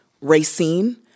Racine